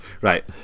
Right